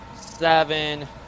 seven